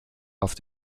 auf